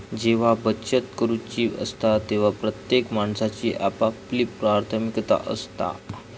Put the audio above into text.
जेव्हा बचत करूची असता तेव्हा प्रत्येक माणसाची आपापली प्राथमिकता असता